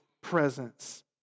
presence